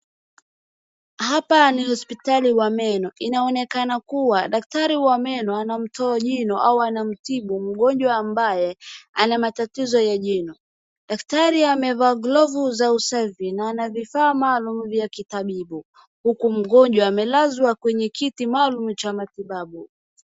Hapa ni hospitali wa meno. Inaonekana kuwa daktari wa meno anamtoa jino au anamtibu mgonjwa ambaye anamatatizo ya jino. Daktari amevaa glovu za usafi na anavifaa maalumu vya kitabibu huku mgonjwa amelazwa kwenye kiti maalumu cha matibabu.